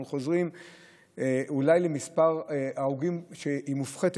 אנחנו אולי חוזרים למספר הרוגים מופחת